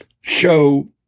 show